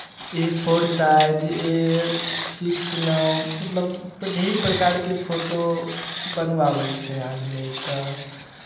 A four size A सिक्समे मतलब ढेरी प्रकारके फोटो बनवाबै छै आदमी तऽ